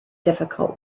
difficult